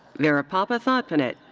varapapa thodpanich.